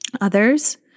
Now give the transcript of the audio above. others